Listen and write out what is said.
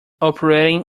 operating